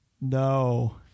No